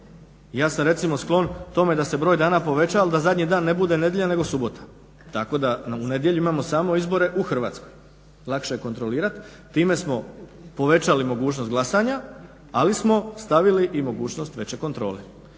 Ja sam recimo sklon tome da se broj dana poveća ali da se zadnji dan ne bude nedjelja nego subota, tako da u nedjelju imamo samo izbore u Hrvatskoj. Lakše je kontrolirati. Time smo povećali mogućnost glasanja ali smo stavili i mogućnost veće kontrole.